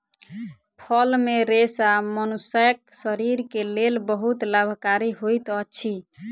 फल मे रेशा मनुष्यक शरीर के लेल बहुत लाभकारी होइत अछि